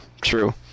True